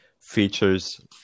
features